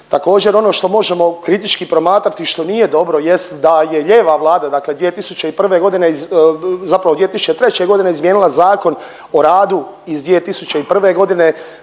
Također ono što možemo kritički promatrati što nije dobro jest da je ljeva vlada dakle 2001.g. zapravo 2003.g. izmijenila Zakon o radu iz 2001.g.